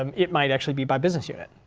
um it might actually be by business unit.